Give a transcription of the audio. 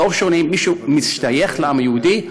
לא שואלים מי משתייך לעם היהודי.